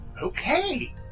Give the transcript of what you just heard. Okay